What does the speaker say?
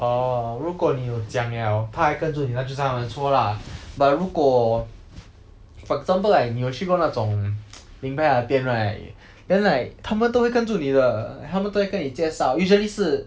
orh 如果你有讲了他还跟着你那就是他们的错 lah but 如果 for example like 你有去过那种名牌的店 right then like 他们都会跟着你的他们都会跟你介绍 usually 是